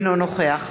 אינו נוכח